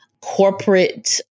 corporate